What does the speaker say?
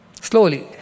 Slowly